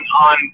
on